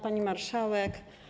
Pani Marszałek!